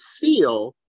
feel